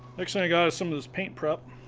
next thing i got some of this paint prep.